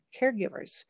caregivers